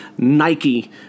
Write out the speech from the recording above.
Nike